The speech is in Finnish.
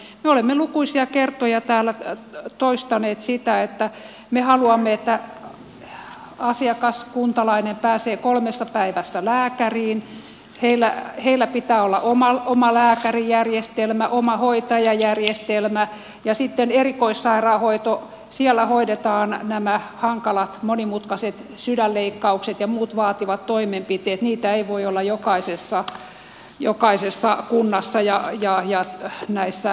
me olemme lukuisia kertoja täällä toistaneet sitä että me haluamme että asiakas kuntalainen pääsee kolmessa päivässä lääkäriin pitää olla omalääkärijärjestelmä omahoitajajärjestelmä ja sitten erikoissairaanhoidossa hoidetaan nämä hankalat monimutkaiset sydänleikkaukset ja muut vaativat toimenpiteet niitä ei voi olla jokaisessa kunnassa ja näissä aluesairaaloissa